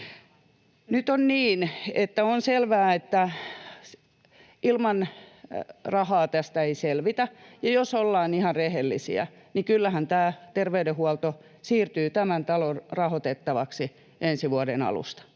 Nyt on niin, että on selvää, että ilman rahaa tästä ei selvitä, ja jos ollaan ihan rehellisiä, niin kyllähän tämä terveydenhuolto siirtyy tämän talon rahoitettavaksi ensi vuoden alusta,